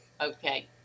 Okay